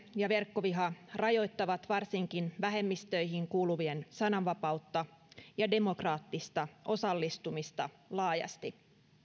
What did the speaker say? ja verkkoviha rajoittavat varsinkin vähemmistöihin kuuluvien sananvapautta ja demokraattista osallistumista laajasti